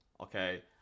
okay